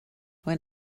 when